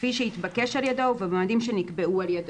כפי שהתבקש על ידו ובמועדים שנקבעו על ידו".